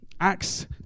Acts